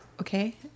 Okay